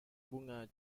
bunga